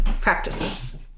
practices